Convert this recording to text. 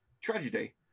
tragedy